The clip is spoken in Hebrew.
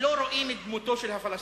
לא רואים את דמותו של הפלסטיני.